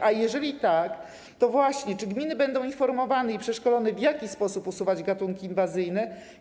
A jeżeli tak, czy gminy będą informowane i przeszkolone, w jaki sposób usuwać gatunki inwazyjne?